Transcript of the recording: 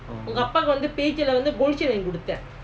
oh